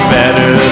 better